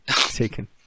taken